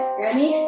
ready